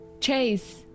Chase